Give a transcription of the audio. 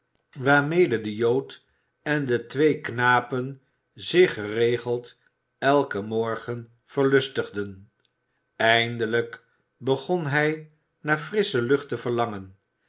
waarmede de jood en de twee knapen zich geregeld eiken morgen verlustigden eindelijk begon hij naar frissche lucht te verlangen